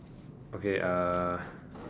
okay uh